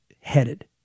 headed